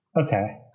Okay